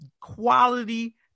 Quality